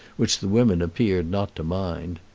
which the women appeared not to mind.